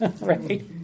right